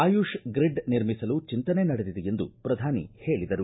AYUSH grid ನಿರ್ಮಿಸಲು ಚೆಂತನೆ ನಡೆದಿದೆ ಎಂದು ಪ್ರಧಾನಿ ಹೇಳಿದರು